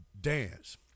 dance